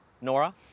Nora